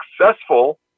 successful